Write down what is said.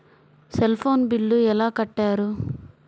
Cell phone bill ఎలా కట్టారు?